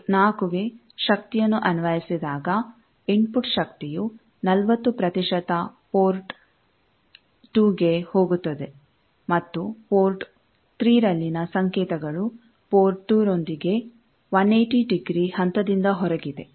port 4 ಗೆ ಶಕ್ತಿಯನ್ನು ಅನ್ವಯಿಸಿದಾಗ ಇನ್ಫುಟ್ ಶಕ್ತಿಯ 40 ಪ್ರತಿಶತ ಪೋರ್ಟ್ 2ಗೆ ಹೋಗುತ್ತದೆ ಮತ್ತು ಪೋರ್ಟ್ 3 ರಲ್ಲಿನ ಸಂಕೇತಗಳು ಪೋರ್ಟ್ 2 ರೊಂದಿಗೆ 180 ಡಿಗ್ರಿ ಹಂತದಿಂದ ಹೊರಗಿದೆ